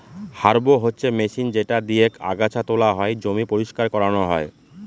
harrow হচ্ছে machine যেটা দিয়েক আগাছা তোলা হয়, জমি পরিষ্কার করানো হয়